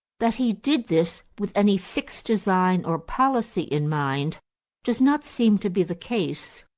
that he did this with any fixed design or policy in mind does not seem to be the case.